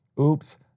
Oops